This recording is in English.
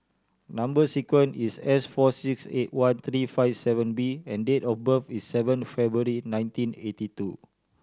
number sequence is S four six eight one three five seven B and date of birth is seven February nineteen eighty two